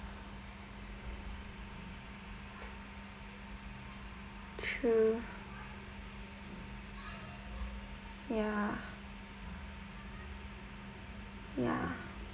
true ya ya